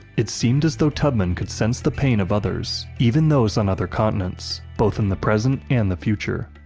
it seemed as though tubman could sense the pain of others even those on other continents both in the present and the future.